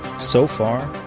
so far,